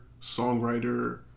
songwriter